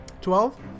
Twelve